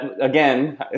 Again